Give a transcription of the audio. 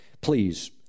please